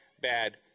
bad